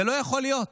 זה לא יכול להיות.